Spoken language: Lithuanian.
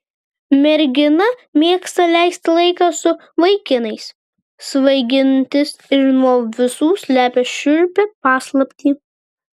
mergina mėgsta leisti laiką su vaikinais svaigintis ir nuo visų slepia šiurpią paslaptį